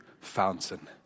fountain